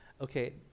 Okay